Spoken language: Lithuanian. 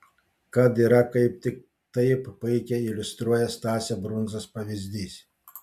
kad yra kaip tik taip puikiai iliustruoja stasio brundzos pavyzdys